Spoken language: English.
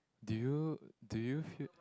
do you do you feel